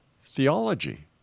theology